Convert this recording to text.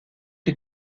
les